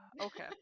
Okay